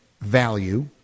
value